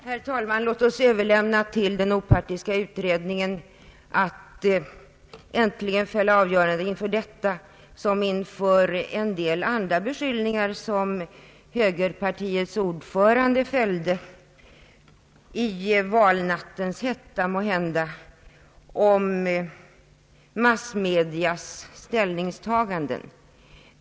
Herr talman! Låt oss överlämna till den opartiska utredningen att fälla avgörandet i denna fråga, liksom att undersöka en del andra beskyllningar som högerpartiets ordförande måhända i valnattens hetta fällde om massmedias ställningstagande.